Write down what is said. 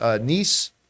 niece